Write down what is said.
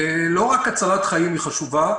לא רק הצלת חיים היא חשובה.